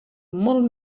molt